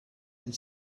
and